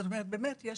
את מדברת על